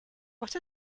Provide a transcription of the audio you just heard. what